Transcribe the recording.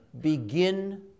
begin